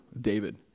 David